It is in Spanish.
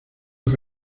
que